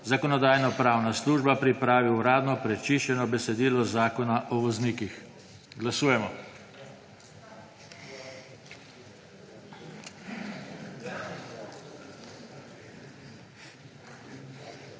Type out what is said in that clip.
Zakonodajno-pravna služba pripravi uradno prečiščeno besedilo Zakona o voznikih. Glasujemo.